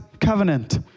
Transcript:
covenant